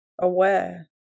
aware